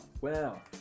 Wow